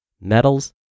metals